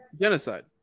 Genocide